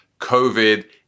COVID